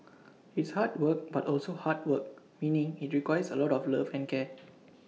it's hard work but also heart work meaning IT requires A lot of love and care